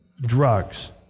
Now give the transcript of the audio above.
drugs